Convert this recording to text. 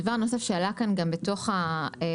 דבר נוסף שעלה כאן גם בתוך ההערות.